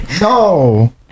no